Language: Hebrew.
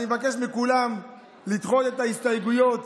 אני מבקש מכולם לדחות את ההסתייגויות